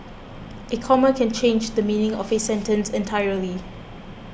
a comma can change the meaning of a sentence entirely